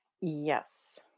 Yes